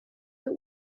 but